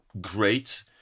great